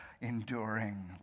enduring